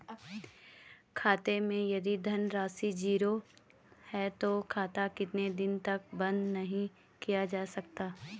खाते मैं यदि धन राशि ज़ीरो है तो खाता कितने दिन तक बंद नहीं किया जा सकता?